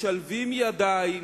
משלבים ידיים